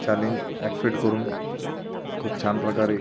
challenge accept करून खूप छान प्रकारे